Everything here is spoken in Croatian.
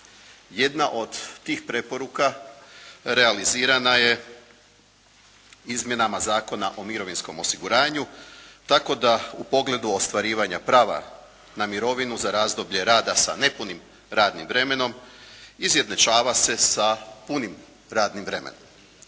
Jedna od tih preporuka realizirana je izmjenama Zakona o mirovinskom osiguranju tako da u pogledu ostvarivanja prava na mirovinu za razdoblje rada sa nepunim radnim vremenom izjednačava se sa punim radnim vremenom.